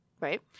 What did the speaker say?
Right